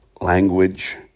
language